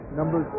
number